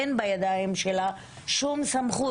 אין בידיים שלה שום סמכות.